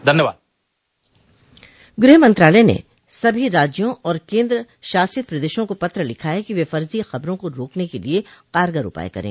धन्यवाद गृह मंत्रालय ने सभी राज्यों और केंद्र शासित प्रदेशों को पत्र लिखा है कि वे फर्जी खबरों को रोकने के लिए कारगार उपाय करें